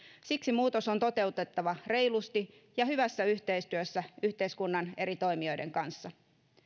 siksi muutos on toteutettava reilusti ja hyvässä yhteistyössä yhteiskunnan eri toimijoiden kanssa